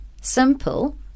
Simple